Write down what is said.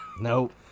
Nope